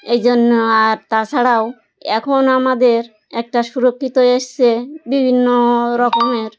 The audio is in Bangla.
এই জন্য আর তা ছাড়াও এখন আমাদের একটা সুরক্ষিত এসেছে বিভিন্ন রকমের